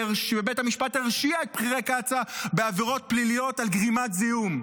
ובית המשפט הרשיע את בכירי קצא"א בעבירות פליליות של גרימת זיהום.